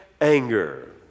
anger